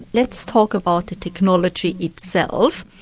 let's talk about the technology itself.